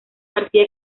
garcía